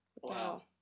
Wow